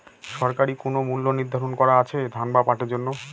সরকারি কোন মূল্য নিধারন করা আছে ধান বা পাটের জন্য?